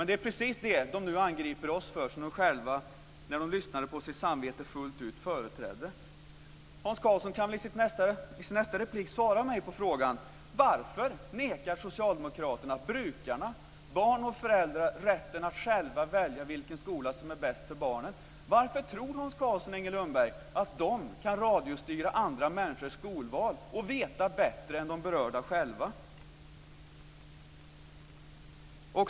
Det är precis det de nu angriper oss för som de själva när de lyssnade på sitt samvete fullt ut företrädde. Hans Karlsson kan väl i sin nästa replik svara mig på frågan: Varför nekar socialdemokraterna brukarna, barn och föräldrar, rätten att själva välja vilken skola som är bäst för barnen? Varför tror Hans Karlsson och Inger Lundberg att de kan radiostyra andra människors skolval och veta bättre än de berörda själva?